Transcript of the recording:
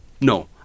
No